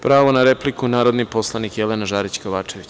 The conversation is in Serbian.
Pravo na repliku, narodni poslanik Jelena Žarić Kovačević.